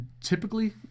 Typically